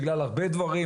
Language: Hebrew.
בגלל הרבה דברים,